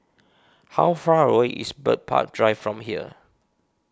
how far away is Bird Park Drive from here